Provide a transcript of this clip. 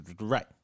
Right